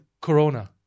Corona